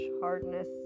hardness